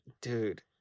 dude